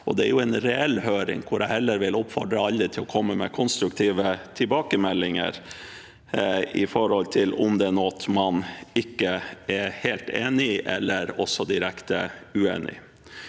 Dette er en reell høring hvor jeg vil oppfordre alle til å komme med konstruktive tilbakemeldinger om det er noe man ikke er helt enig i, eller er direkte uenig